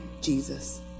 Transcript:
jesus